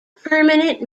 permanent